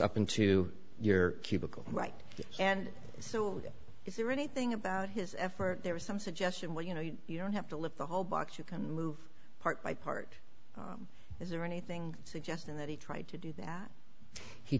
up into your cubicle right and so is there anything about his effort there was some suggestion where you know you don't have to lift the whole box you come move part by part is there anything suggesting that he tried to do that he